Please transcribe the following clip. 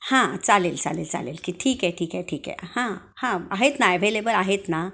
हां चालेल चालेल चालेल की ठीक आहे ठीक आहे ठीक आहे हां हां आहेत ना ॲव्हेलेबल आहेत ना